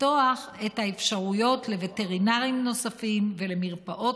לפתוח את האפשרויות לווטרינרים נוספים ולמרפאות